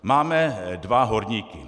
Máme dva horníky.